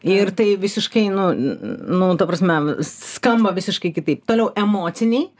ir tai visiškai nu nu ta prasme skamba visiškai kitaip toliau emociniai